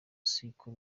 siko